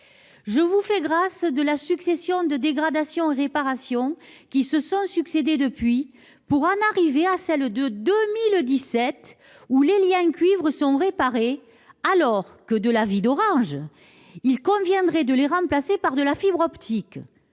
Je vous fais grâce de la succession des dégradations et réparations que se sont succédé depuis, pour en arriver à celle de 2017 où les liens cuivre sont réparés, alors que, de l'avis d'Orange, il conviendrait de les remplacer par de la fibre optique.